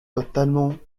totalement